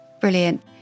Brilliant